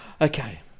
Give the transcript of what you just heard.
Okay